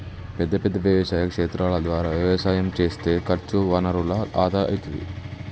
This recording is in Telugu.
పెద్ద పెద్ద వ్యవసాయ క్షేత్రాల ద్వారా వ్యవసాయం చేస్తే ఖర్చు వనరుల ఆదా అయితది